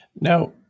Now